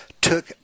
took